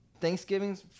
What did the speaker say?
Thanksgiving's